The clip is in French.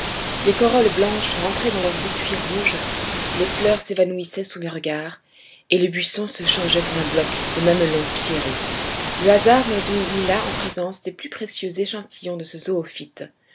les corolles blanches rentraient dans leurs étuis rouges les fleurs s'évanouissaient sous mes regards et le buisson se changeait en un bloc de mamelons pierreux le hasard m'avait mis là en présence des plus précieux échantillons de ce zoophyte